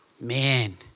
Man